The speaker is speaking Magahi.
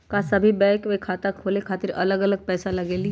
का सभी बैंक में खाता खोले खातीर अलग अलग पैसा लगेलि?